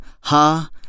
ha